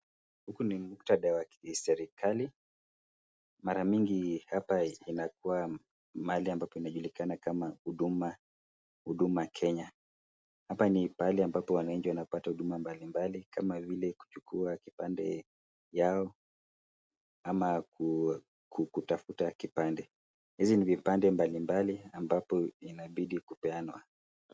Huku ni muktadha wa kiserekali mara mingi hapa inakuwa mahali ambapo inajulikana kama Huduma Kenya, hapa ni pahali ambapo wanainchi wanapata huduma mbalimbali kama vile kuchukua kipande yao ama kutafuta kipande, hizi ni vipande mbalimbali ambapo inabidii kupeanwa.